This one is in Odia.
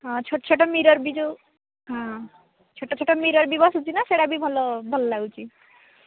ହଁ ଛୋଟ ଛୋଟ ମିରର୍ ବି ଯେଉଁ ହଁ ଛୋଟ ଛୋଟ ମିରର୍ ବି ବସୁଛି ନା ସେହିଟା ବି ଭଲ ଭଲ ଲାଗୁଛି